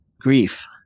grief